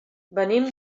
venim